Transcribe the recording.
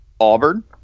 Auburn